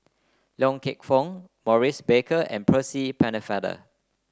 Loy Keng Foo Maurice Baker and Percy Pennefather